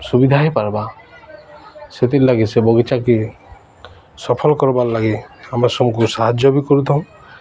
ସୁବିଧା ହେଇ ପାର୍ବା ସେଥିର୍ଲାଗି ସେ ବଗିଚାକୁ ସଫଲ କରବାର୍ ଲାଗି ଆମେ ସବୁଙ୍କୁ ସାହାଯ୍ୟ ବି କରିଥାଉ